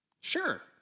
Sure